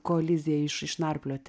koliziją iš išnarplioti